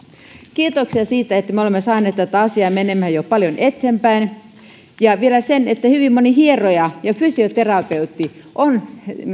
kiitoksia siitä että me olemme saaneet tätä asiaa menemään jo paljon eteenpäin ja vielä hyvin moni hieroja ja fysioterapeutti on